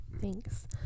Thanks